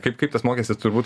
kaip kaip tas mokestis turi būt